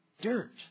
dirt